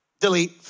delete